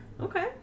Okay